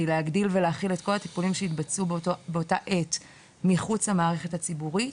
להגדיל ולהכיל את כל הטיפולים שהתבצעו באותה עת מחוץ למערכת הציבורית.